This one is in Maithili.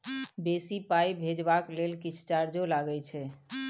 बेसी पाई भेजबाक लेल किछ चार्जो लागे छै?